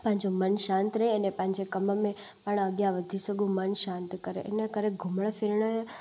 पंहिंजो मन शांति रहे अने पंहिंजे कम में पाण अॻियां वधी सघूं मन शांति करे इन करे घुमणु फिरणु